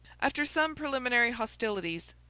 after some preliminary hostilities,